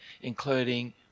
including